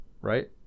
right